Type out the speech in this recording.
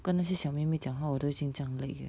跟那些小妹妹讲话我都已经这样累了